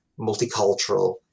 multicultural